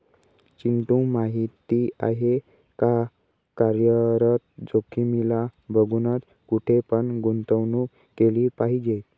चिंटू माहिती आहे का? कार्यरत जोखीमीला बघूनच, कुठे पण गुंतवणूक केली पाहिजे